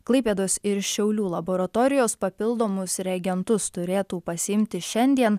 klaipėdos ir šiaulių laboratorijos papildomus reagentus turėtų pasiimti šiandien